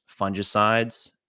fungicides